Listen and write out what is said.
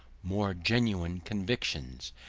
more genuine convictions,